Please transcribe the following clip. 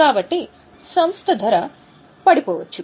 కాబట్టి సంస్థ ధర పడిపోవచ్చు